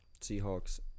Seahawks